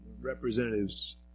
representatives